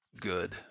good